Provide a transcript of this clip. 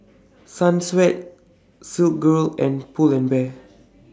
Sunsweet Silkygirl and Pull and Bear